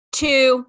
two